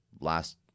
last